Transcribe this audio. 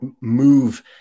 move